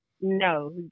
No